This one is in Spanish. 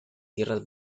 tierras